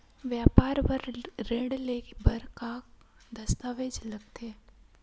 व्यापार बर ऋण ले बर का का दस्तावेज लगथे?